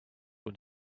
when